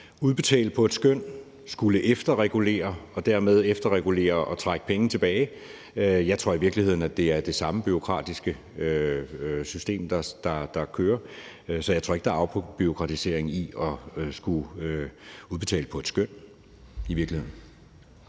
efterregulere, og dermed efterregulere og trække penge tilbage. Jeg tror i virkeligheden, det er det samme bureaukratiske system, der kører. Så jeg tror ikke, der er afbureaukratisering i at skulle udbetale på et skøn,